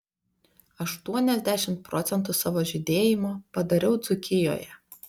aštuoniasdešimt procentų savo žydėjimo padariau dzūkijoje